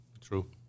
true